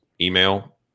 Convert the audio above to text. email